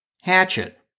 hatchet